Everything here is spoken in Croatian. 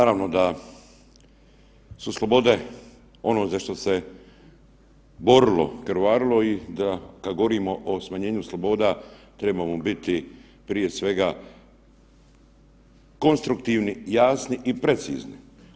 Naravno da su slobode ono za što se borilo, krvarilo i da kad govorimo o smanjenju sloboda trebamo biti prije svega konstruktivni, jasni i precizni.